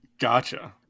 Gotcha